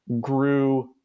grew